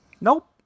Nope